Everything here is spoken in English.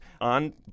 on